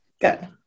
Good